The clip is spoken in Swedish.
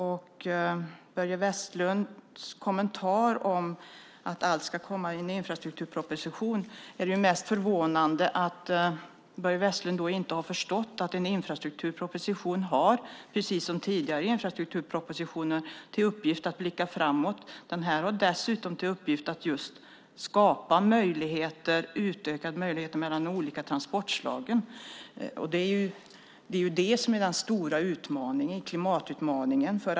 Angående Börje Vestlunds kommentar om att allt ska komma i en infrastrukturproposition är det mest förvånande att Börje Vestlund inte har förstått att denna infrastrukturproposition, precis som tidigare infrastrukturpropositioner, har till uppgift att blicka framåt. Den här har dessutom till uppgift att skapa utökade möjligheter mellan de olika transportslagen. Den stora utmaningen är klimatutmaningen.